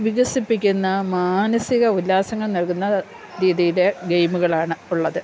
വികസിപ്പിക്കുന്ന മാനസിക ഉല്ലാസങ്ങൾ നൽകുന്ന രീതിയിലെ ഗെയിമുകളാണ് ഉള്ളത്